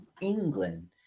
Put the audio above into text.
England